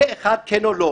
פה-אחד כן או לא.